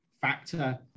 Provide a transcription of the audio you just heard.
factor